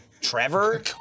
Trevor